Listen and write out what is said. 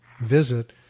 visit